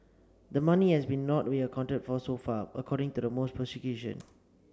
the money has been not accounted for so far according to the prosecution